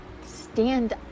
stand